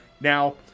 Now